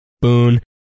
Boon